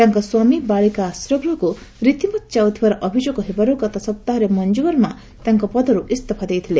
ତାଙ୍କ ପତି ବାଳିକା ଆଶ୍ରୟ ଗୃହକୁ ରୀତିମତ ଯାଉଥିବାର ଅଭିଯୋଗ ହେବାରୁ ଗତ ସପ୍ତାହରେ ମଞ୍ଜୁ ବର୍ମା ତାଙ୍କ ପଦରୁ ଇସ୍ତଫା ଦେଇଥିଲେ